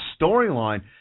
storyline